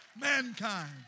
mankind